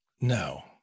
No